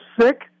sick